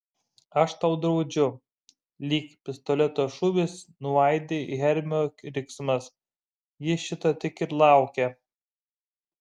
aš tau draudžiu lyg pistoleto šūvis nuaidi hermio riksmas ji šito tik ir laukia